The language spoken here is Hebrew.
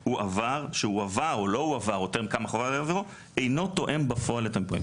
שהועבר או לא הועבר, אינו תואם בפועל את המפה.